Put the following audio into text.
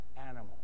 animal